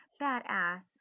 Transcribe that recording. badass